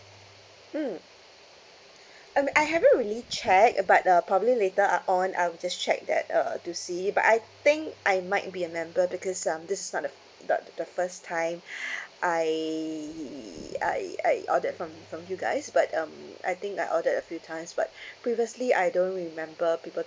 mm um I haven't really check uh but uh probably later I on I'll just check that uh to see but I think I might be a member because um this is not the the the first time I uh I I ordered from from you guys but um I think I ordered a few times but previously I don't remember people